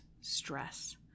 stress